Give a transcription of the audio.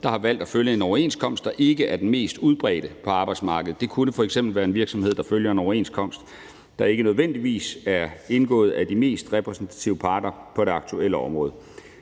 der har valgt at følge en overenskomst, der ikke er den mest udbredte på arbejdsmarkedet. Det kunne f.eks. være en virksomhed, der følger en overenskomst, der ikke nødvendigvis er indgået af de mest repræsentative parter på det aktuelle område.